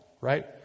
Right